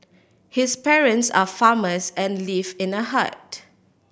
his parents are farmers and live in a hut